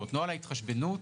נפחי,